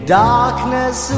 darkness